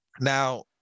now